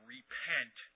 Repent